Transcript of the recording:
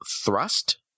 thrust